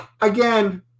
again